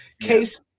Case